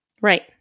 Right